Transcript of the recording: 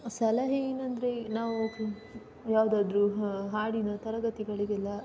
ಸಲಹೆ ಏನೆಂದ್ರೆ ನಾವು ಯಾವುದಾದ್ರು ಹ ಹಾಡಿನ ತರಗತಿಗಳಿಗೆಲ್ಲ